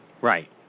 Right